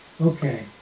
Okay